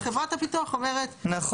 סליחה, חברת הביטוח אומרת אני לא.